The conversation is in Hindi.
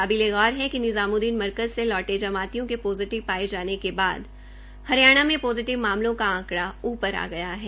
काबिले गौर है कि निजामुद्दीन मरकज से लौटे जमातियों के पॉजिटिव पाए जाने के बाद हरियाणा में पॉजिटिव मामलों का आंकड़ा उपर गया है